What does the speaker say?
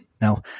Now